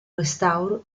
restauro